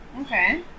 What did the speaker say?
okay